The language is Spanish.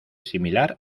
similar